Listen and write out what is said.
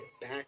back